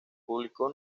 publicó